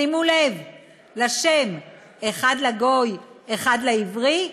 שימו לב, לשם: "אחד לגוי, אחד לעברי?"